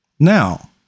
Now